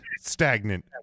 stagnant